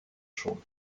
schon